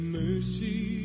mercy